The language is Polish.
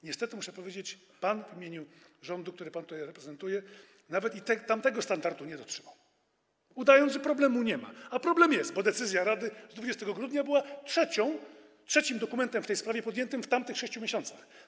Niestety muszę powiedzieć, że pan w imieniu rządu, który pan tutaj reprezentuje, nawet i tamtego standardu nie dotrzymał, udaje, że problemu nie ma, a problem jest, bo decyzja Rady z 20 grudnia była trzecim dokumentem w tej sprawie podjętym w ciągu tamtych 6 miesięcy.